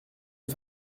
les